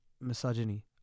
misogyny